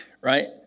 Right